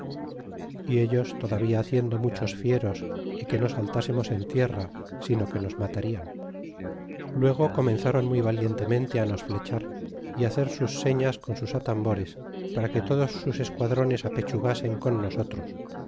y ellos todavía haciendo muchos fieros y que no saltásemos en tierra sino que nos matarian luego comenzáron muy valientemente á nos flechar é hacer sus señas con sus atambores para que todos sus esquadrones apechugasen con nosotros